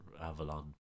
Avalon